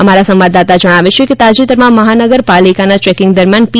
અમારા સંવાદદાતા જણાવે છે કે તાજેતરમાં મહાનગર પાલિકાના ચેકિંગ દરમિયાન પી